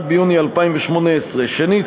1 ביוני 2018. שנית,